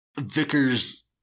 Vickers